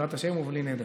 בעזרת השם ובלי נדר.